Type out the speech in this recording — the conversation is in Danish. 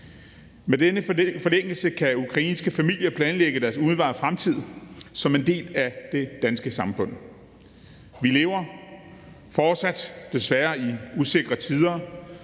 Med denne forlængelse kan ukrainske familier planlægge deres umiddelbare fremtid som en del af det danske samfund. Vi lever desværre fortsat i usikre tider,